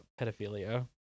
pedophilia